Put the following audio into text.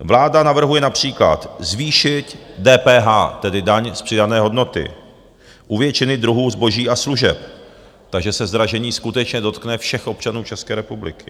Vláda navrhuje například zvýšit DPH, tedy daň z přidané hodnoty, u většiny druhů zboží a služeb, takže se zdražení skutečně dotkne všech občanů České republiky.